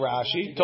Rashi